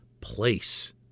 place